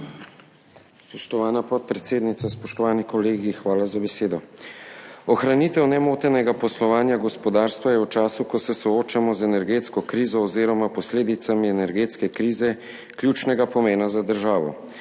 Hvala za besedo.